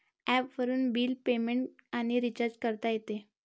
ॲपवरून bill payment आणि recharge करता येते